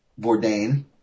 Bourdain